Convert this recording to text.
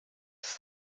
ist